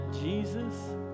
Jesus